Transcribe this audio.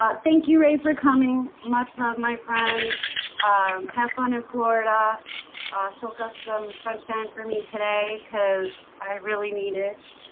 ah thank you ray for coming much love my friend kept on in, florida soak up some sunshine for me today because i really need it